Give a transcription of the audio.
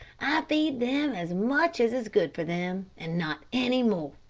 feed them as much as is good for them, and not any more.